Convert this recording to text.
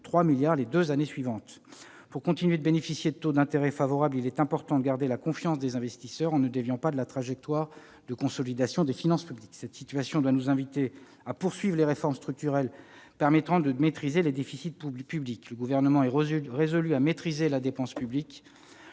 d'euros les deux années suivantes. Pour continuer de bénéficier de taux d'intérêt favorables, il est important de garder la confiance des investisseurs en ne déviant pas de la trajectoire de consolidation des finances publiques. Cette situation doit nous inviter à poursuivre les réformes structurelles pour maîtriser les déficits publics. À cet égard, le Gouvernement est résolu à maîtriser la dépense publique,